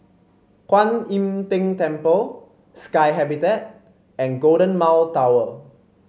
Kuan Im Tng Temple Sky Habitat and Golden Mile Tower